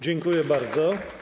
Dziękuję bardzo.